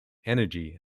energy